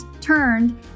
turned